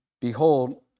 Behold